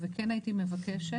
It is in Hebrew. וכן הייתי מבקשת,